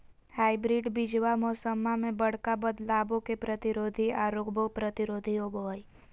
hybrid बीजावा मौसम्मा मे बडका बदलाबो के प्रतिरोधी आ रोगबो प्रतिरोधी होबो हई